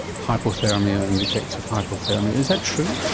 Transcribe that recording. hypothermia and the effects of hypothermia. is that true?